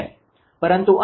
પરંતુ અહીં તે 7397